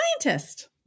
scientist